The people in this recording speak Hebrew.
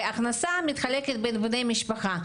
והכנסה מתחלקת בין בני משפחה.